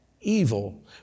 evil